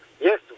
yes